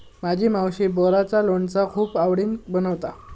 माझी मावशी बोराचा लोणचा खूप आवडीन बनवता